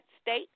state